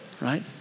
right